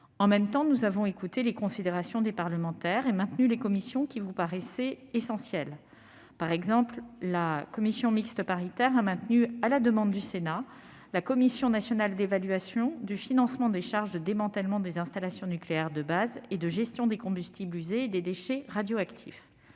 En même temps, nous avons écouté les considérations des parlementaires et maintenu les commissions qui paraissaient essentielles. Ainsi, à la demande du Sénat, la commission mixte paritaire a maintenu la Commission nationale d'évaluation du financement des charges de démantèlement des installations nucléaires de base et de gestion des combustibles usés et des déchets radioactifs